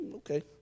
Okay